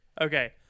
Okay